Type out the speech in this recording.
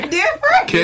different